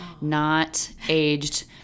not-aged